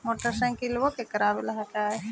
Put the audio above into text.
मोटरसाइकिलवो के करावे ल हेकै?